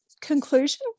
conclusion